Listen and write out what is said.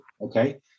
okay